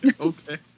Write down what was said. Okay